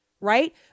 right